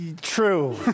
True